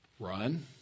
run